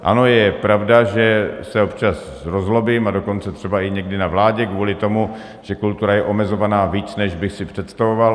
Ano, je pravda, že se občas rozzlobím, a dokonce třeba i někdy na vládě, kvůli tomu, že kultura je omezovaná víc, než bych si představoval.